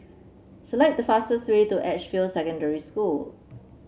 select the fastest way to Edgefield Secondary School